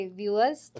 viewers